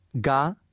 ga